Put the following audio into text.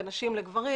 בין נשים לגברים,